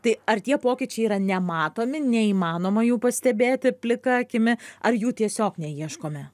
tai ar tie pokyčiai yra nematomi neįmanoma jų pastebėti plika akimi ar jų tiesiog neieškome